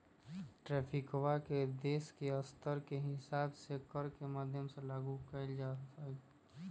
ट्रैफिकवा के देश के स्तर के हिसाब से कर के माध्यम से लागू कइल जाहई